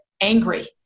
angry